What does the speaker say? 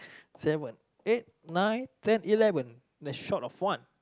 seven eight nine ten eleven you're short of one